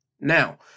Now